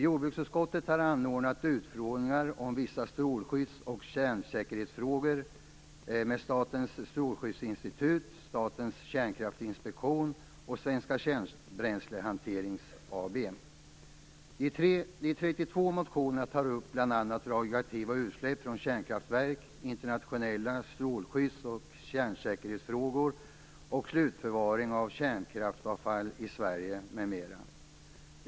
Jordbruksutskottet har anordnat utfrågningar om vissa strålskydds och kärnsäkerhetsfrågor med Statens strålskyddsinstitut, Statens kärnkraftinspektion och Svensk Kärnbränslehantering AB. De 32 motionerna tar upp bl.a. radioaktiva utsläpp från kärnkraftverk, internationella strålskydds och kärnsäkerhetsfrågor och slutförvaring av kärnkraftsavfall i Sverige, m.m.